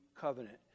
covenant